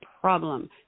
problem